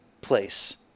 place